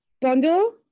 bundle